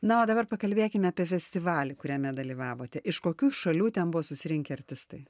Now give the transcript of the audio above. na o dabar pakalbėkime apie festivalį kuriame dalyvavote iš kokių šalių ten buvo susirinkę artistai